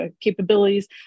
capabilities